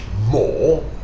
more